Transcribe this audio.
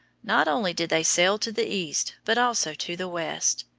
not only did they sail to the east, but also to the west.